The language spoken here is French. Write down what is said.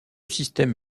système